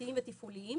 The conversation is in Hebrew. משפטיים ותפעוליים,